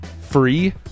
Free